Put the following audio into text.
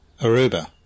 Aruba